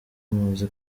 muzi